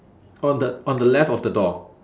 on the on the left of the door